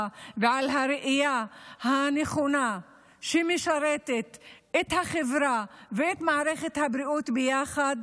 ועל הראייה הנכונה שמשרתת את החברה ואת מערכת הבריאות ביחד.